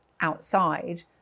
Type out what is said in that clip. outside